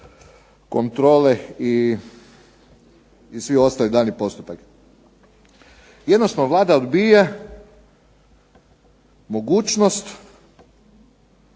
kontrole i svi ostali dani postotak. Jednostavno Vlada odbija mogućnost